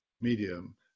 medium